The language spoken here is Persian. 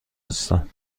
هستم